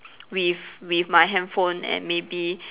with with my handphone and maybe